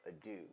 adieu